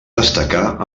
destacà